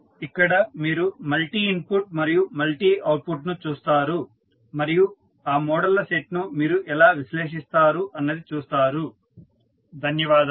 ఇక్కడ మీరు multi input మరియు మల్టీ అవుట్పుట్ను చూస్తారు మరియు ఆ మోడళ్ల సెట్ ను మీరు ఎలా విశ్లేషిస్తారు అన్నది చూస్తారు ధన్యవాదాలు